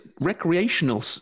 recreational